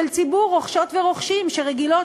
של ציבור רוכשות ורוכשים שרגילות,